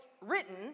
written